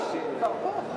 היתה הסכמה עם כולם.